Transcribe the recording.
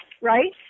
right